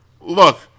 Look